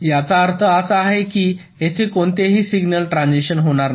याचा अर्थ असा आहे की येथे कोणतेही सिग्नल ट्रान्झिशन होणार नाही